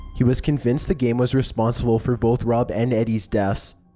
he was convinced the game was responsible for both rob and eddie's deaths,